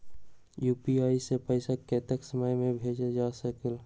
UPI से पैसा कतेक समय मे भेजल जा स्कूल?